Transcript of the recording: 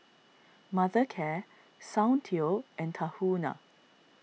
Mothercare Soundteoh and Tahuna